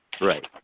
Right